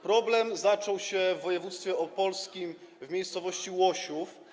Problem zaczął się w województwie opolskim, w miejscowości Łosiów.